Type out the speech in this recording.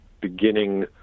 beginning